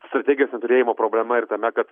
strategijos neturėjimo problema ir tame kad